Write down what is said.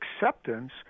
acceptance